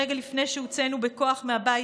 רגע לפני שהוצאנו בכוח מהבית,